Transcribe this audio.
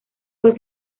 fue